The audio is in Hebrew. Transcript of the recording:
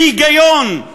בהיגיון.